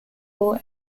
poor